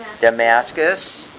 Damascus